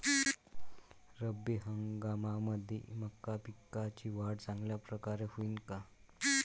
रब्बी हंगामामंदी मका पिकाची वाढ चांगल्या परकारे होईन का?